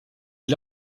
est